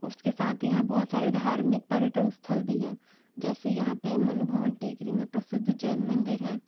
उसके साथ ही यहाँ बहुत सारे धार्मिक पर्यटन स्थल भी है जैसे यहाँ पर मनुआभन टेकरी में प्रसिद्ध जैन मंदिर है